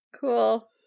Cool